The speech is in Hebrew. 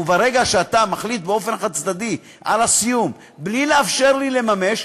וברגע שאתה מחליט באופן חד-צדדי על הסיום בלי לאפשר לי לממש,